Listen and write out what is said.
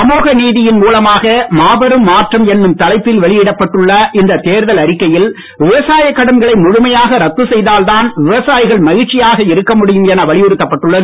சமூகநீதியின் மூலமாக மாபெரும் மாற்றம் என்னும் தலைப்பில் வெளியிடப்பட்டுள்ள இந்த தேர்தல் அறிக்கையில் விவசாயக் கடன்களை முழுமையாக ரத்து செய்தால்தான் விவசாயிகள் மகிழ்ச்சியானக இருக்கமுடியும் என வலியுறுத்தப் பட்டுள்ளது